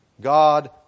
god